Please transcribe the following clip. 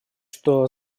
что